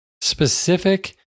specific